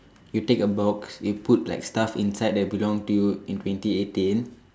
you take a box you put like stuff inside that belong to you in twenty eighteen